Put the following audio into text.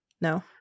No